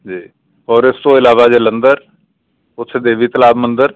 ਜੀ ਔਰ ਇਸ ਤੋਂ ਇਲਾਵਾ ਜਲੰਧਰ ਉੱਥੇ ਦੇਵੀ ਤਲਾਬ ਮੰਦਰ